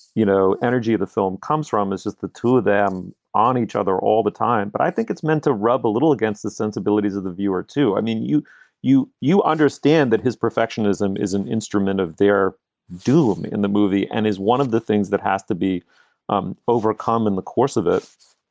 you know, energy of the film comes from, is is the two of them on each other all the time. but i think it's meant to rub a little against the sensibilities of the viewer, too. i mean, you you you understand that his perfectionism is an instrument of their do in the movie and is one of the things that has to be um overcome in the course of it.